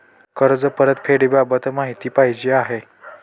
कर्ज परतफेडीबाबत माहिती पाहिजे आहे